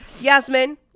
Yasmin